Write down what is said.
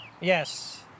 Yes